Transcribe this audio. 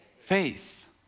Faith